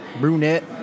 brunette